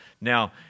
Now